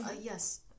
Yes